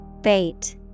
Bait